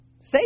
say